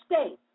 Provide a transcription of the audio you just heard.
states